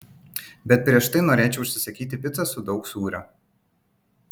bet prieš tai norėčiau užsisakyti picą su daug sūrio